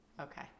Okay